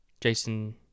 Jason